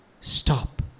stop